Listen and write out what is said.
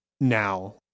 now